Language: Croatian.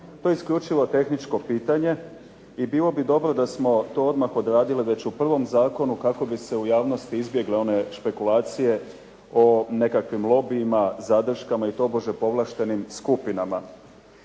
to je isključivo tehničko pitanje i bilo bi dobro da smo to odmah odradili već u prvom zakonu kako bi se u javnosti izbjegle one špekulacije o nekakvim lobijima, zadrškama i tobože povlaštenim skupinama.